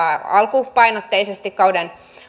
alkupainotteisesti kauden